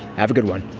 have a good one